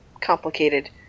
Complicated